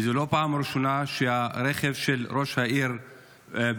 וזאת לא פעם ראשונה שהרכב של ראש העיר מאוים.